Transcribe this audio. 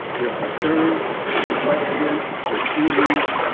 your concerns, your questions, your feelings,